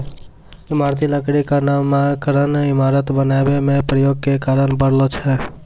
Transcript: इमारती लकड़ी क नामकरन इमारत बनावै म प्रयोग के कारन परलो छै